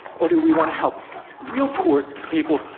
or do we want to help real poor people,